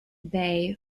bay